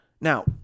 Now